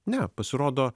ne pasirodo